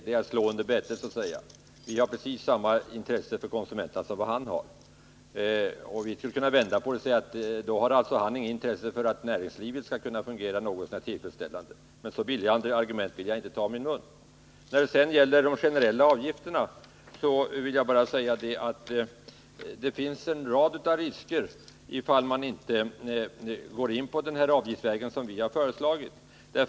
Det är att slå under bältet så att säga. Vi har precis samma intresse för konsumenterna som Hans Pettersson själv har. Vi skulle kunna vända på saken och säga att han inte har något intresse för att näringslivet skall kunna fungera något så när tillfredsställande, men så billiga argument vill jag inte ta i min mun. När det sedan gäller de generella avgifterna vill jag bara säga att det finns en rad risker om man inte väljer avgiftsvägen såsom vi har föreslagit.